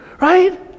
right